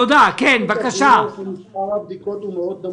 כעת מספר הבדיקות נמוך מאוד.